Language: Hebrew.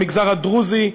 במגזר הדרוזי,